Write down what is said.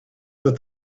but